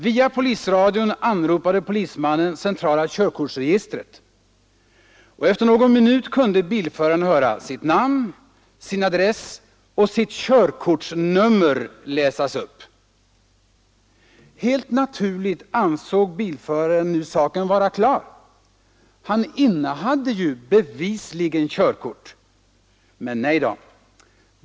Via polisradion anropade polismannen centrala körkortsregistret, och efter någon minut kunde bilföraren höra sitt namn, sin adress och sitt körkortsnummer läsas upp. Helt naturligt ansåg bilföraren nu saken vara klar — han innehade ju bevisligen körkort. Men nej då!